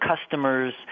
customers